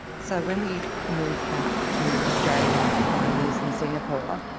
so when we moved back to australia after five years in singapore,